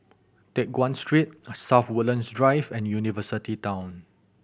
Teck Guan Street South Woodlands Drive and University Town